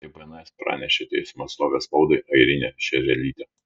tai bns pranešė teismo atstovė spaudai airinė šerelytė